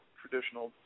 traditional